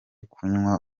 kunywa